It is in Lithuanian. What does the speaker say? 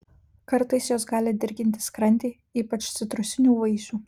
kartais jos gali dirginti skrandį ypač citrusinių vaisių